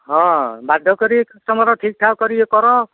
ହଁ ବାଧ୍ୟ କରିକି କଷ୍ଟମର ଠିକ୍ଠାକ୍ କରିକି କର